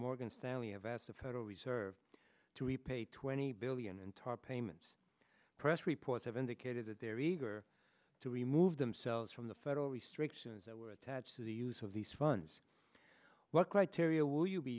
morgan stanley have asked the federal reserve to repay twenty billion in tarp payments press reports have indicated that they're eager to remove themselves from the federal restrictions that were attached to the use of these funds what criteria will you be